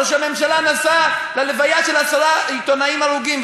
ראש הממשלה נסע להלוויה של עשרה עיתונאים הרוגים,